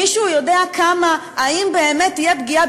מישהו יודע האם באמת תהיה פגיעה